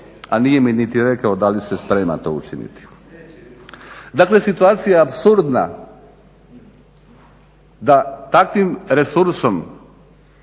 a nije mi niti rekao da li se sprema to učiniti. Dakle, situacija je apsurdna da takvim resursom